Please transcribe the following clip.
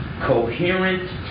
coherent